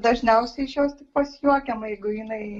dažniausiai iš jos tik pasijuokiam jeigu jinai